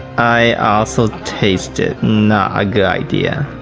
i also taste it, not a good idea!